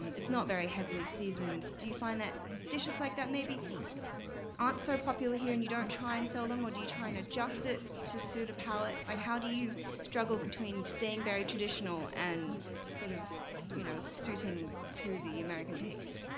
it's not very heavily seasoned. do you find that dishes like that maybe aren't so popular here and you don't try and sell them, or do you try and adjust it to suit a palate? like, ah how do you struggle between staying very traditional and sort of you know suiting to the american taste?